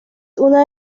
una